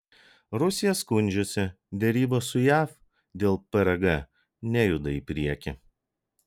rusija skundžiasi derybos su jav dėl prg nejuda į priekį